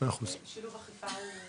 של שילוב אכיפה.